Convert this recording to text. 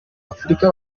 afurika